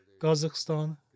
Kazakhstan